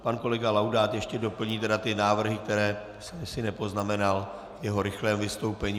Pan kolega Laudát ještě doplní návrhy, které jsem si nepoznamenal v jeho rychlém vystoupení.